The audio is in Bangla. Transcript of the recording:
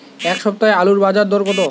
এ সপ্তাহে আলুর বাজার দর কত?